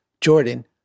jordan